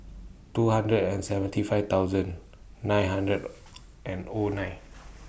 two hundred and seventy five thousand nine hundred and O nine